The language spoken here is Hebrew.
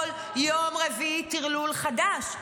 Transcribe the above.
כל יום רביעי טרלול חדש.